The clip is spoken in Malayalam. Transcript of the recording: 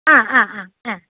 ആ ആ ആ